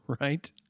Right